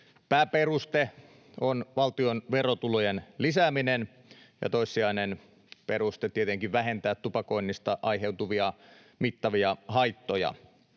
pääperuste on valtion verotulojen lisääminen ja toissijainen peruste tietenkin vähentää tupakoinnista aiheutuvia mittavia haittoja.